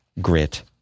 grit